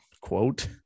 quote